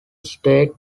state